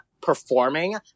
performing